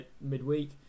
midweek